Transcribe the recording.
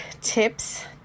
tips